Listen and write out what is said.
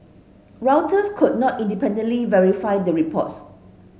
Reuters could not independently verify the reports